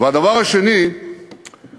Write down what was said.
והדבר השני הוא,